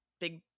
big